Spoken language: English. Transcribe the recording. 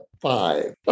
five